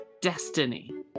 Destiny